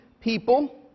people